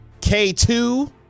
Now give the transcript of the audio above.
K2